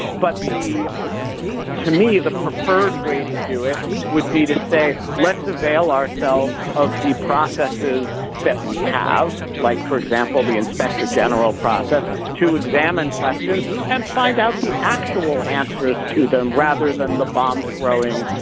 but the to me, the preferred way to do it would be to say, let's avail ourselves of the processes that we have, like, for example, the inspector general process to examine questions and find out the actual answers to them rather than the bomb throwing,